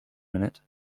minute